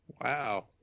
Wow